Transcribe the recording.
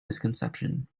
misconception